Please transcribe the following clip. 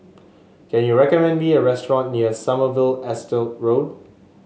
can you recommend me a restaurant near Sommerville Estate Road